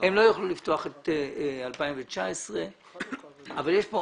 הם לא יוכלו לפתוח את שנת 2019. יש כאן